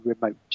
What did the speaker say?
remote